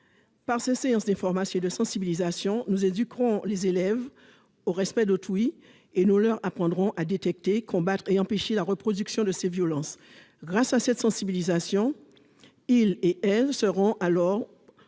Par ces séances d'information et de sensibilisation, nous éduquerons les élèves au respect d'autrui et nous leur apprendrons à détecter, combattre et empêcher la reproduction de ces violences. Grâce à cette sensibilisation, les jeunes seront alors